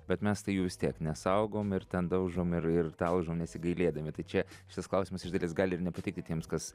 bet mes tai jų vis tiek nesaugom ir ten daužom ir ir talžom nesigailėdami tai čia šis klausimas iš dalies gali ir nepatikti tiems kas